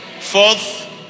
Fourth